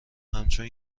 همچون